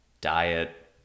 Diet